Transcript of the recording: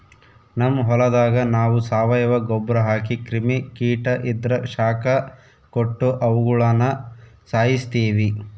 ನಮ್ ಹೊಲದಾಗ ನಾವು ಸಾವಯವ ಗೊಬ್ರ ಹಾಕಿ ಕ್ರಿಮಿ ಕೀಟ ಇದ್ರ ಶಾಖ ಕೊಟ್ಟು ಅವುಗುಳನ ಸಾಯಿಸ್ತೀವಿ